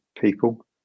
people